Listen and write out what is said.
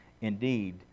indeed